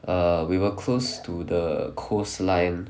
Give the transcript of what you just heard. err we were close to the coastline